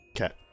Okay